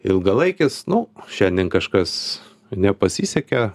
ilgalaikis nu šiandien kažkas nepasisekė